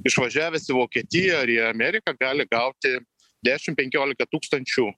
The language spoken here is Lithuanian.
išvažiavęs į vokietiją ar į ameriką gali gauti dešim penkiolika tūkstančių